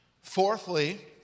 Fourthly